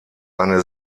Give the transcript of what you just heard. eine